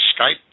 Skype